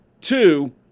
Two